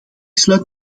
sluit